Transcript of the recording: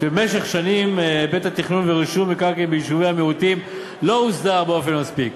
שנים היבט התכנון והרישום במקרקעין ביישובי המיעוטים לא הוסדר מספיק.